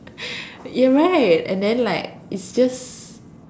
you're right and then like it's just